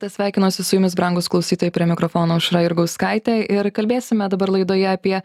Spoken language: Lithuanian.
tad sveikinuosi su jumis brangūs klausytojai prie mikrofono aušra jurgauskaitė ir kalbėsime dabar laidoje apie